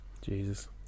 jesus